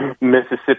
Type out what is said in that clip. Mississippi